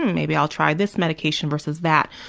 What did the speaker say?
maybe i'll try this medication versus that.